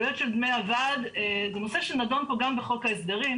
עלויות של דמי הוועד זה נושא שנדון פה גם בחוק ההסדרים.